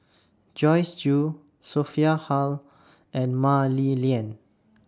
Joyce Jue Sophia Hull and Mah Li Lian